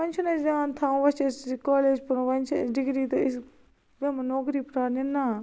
وُنۍ چھُ نہ أسۍ دیان تھاوُن وُنۍ چھِ أسۍ کالیج پوٚرمُت ونۍ چھِ ڈِگری تہٕ أسۍ بہمو نوکرۍ ژھانڈٕ نہِ نا